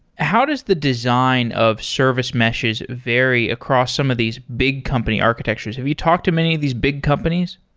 how does the design of service meshes vary across some of these big company architectures? have you talked to many of these big companies?